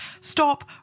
stop